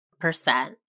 percent